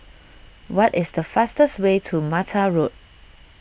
what is the fastest way to Mata Road